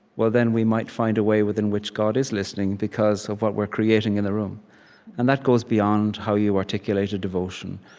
well, then, we might find a way within which god is listening because of what we're creating in the room and that goes beyond how you articulate a devotion.